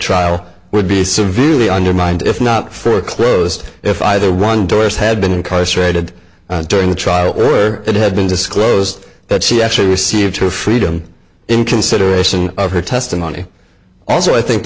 trial would be severely undermined if not for a closed if either one doris had been incarcerated during the trial where it had been disclosed that she actually received her freedom in consideration of her testimony also i think